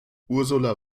ursula